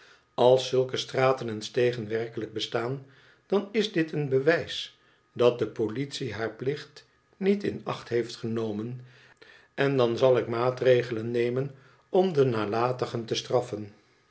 als zulke straten en stegen werkelijk bestaan dan is dit een bewijs dat de politie haar plicht niet in acht heeft genomen en dan zal ik maatregelen nemen om de nalatigen te straffen